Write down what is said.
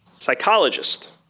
Psychologist